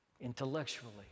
intellectually